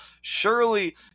Surely